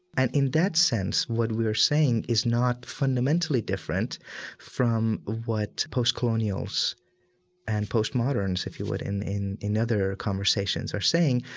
and in that sense, what we're saying is not fundamentally different from what postcolonials and postmoderns, if you would, in in other conversations are saying.